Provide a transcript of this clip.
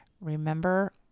remember